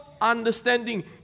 understanding